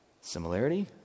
Similarity